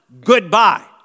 goodbye